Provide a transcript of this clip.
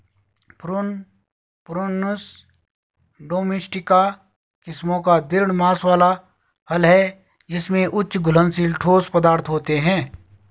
prune, prunus domestica किस्मों का दृढ़ मांस वाला फल है जिसमें उच्च घुलनशील ठोस पदार्थ होते हैं